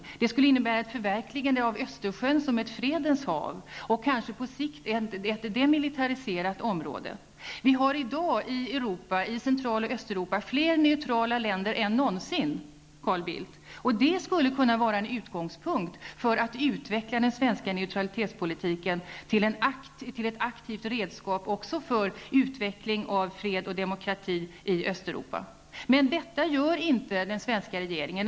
Det skulle också innebära ett förverkligande av tanken på Östersjön som ett fredens hav och kanske på sikt som ett demilitariserat område. Vi har i dag i Central och Östeuropa fler neutrala länder än någonsin, Carl Bildt. Det skulle kunna vara en utgångspunkt för att utveckla den svenska neutralitetspolitiken till ett aktivt redskap också för utveckling av fred och demokrati i Östeuropa. Men detta gör inte den svenska regeringen.